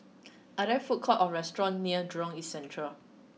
are there food courts or restaurants near Jurong East Central